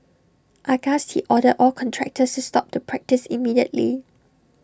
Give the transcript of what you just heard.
aghast he ordered all contractors to stop the practice immediately